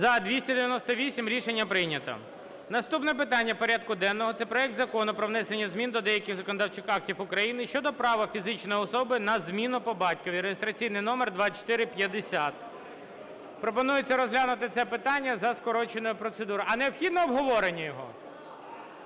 За-298 Рішення прийнято. Наступне питання порядку денного - це проект Закону про внесення змін до деяких законодавчих актів України щодо права фізичної особи на зміну по батькові (реєстраційний номер 2450). Пропонується розглянути це питання за скороченою процедурою. А необхідне обговорення його?